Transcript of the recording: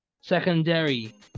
secondary